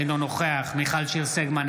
אינו נוכח מיכל שיר סגמן,